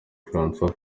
francis